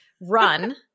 run